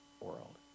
world